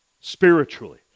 Spiritually